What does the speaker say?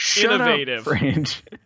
Innovative